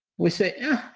we say, yeah.